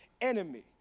enemy